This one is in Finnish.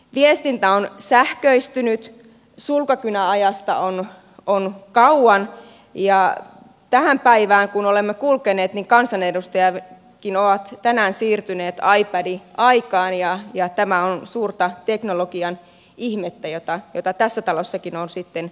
viestintä on sähköistynyt sulkakynäajasta on kauan ja tähän päivään kun olemme kulkeneet niin kansanedustajatkin ovat tänään siirtyneet ipad aikaan ja tämä on suurta teknologian ihmettä jota tässä talossakin on sitten ihailtu